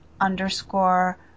underscore